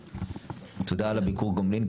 תודה על הביקור גומלין,